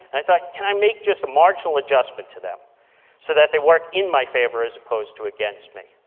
i thought, can i make just a marginal adjustment to them so that they work in my favor as opposed to against me?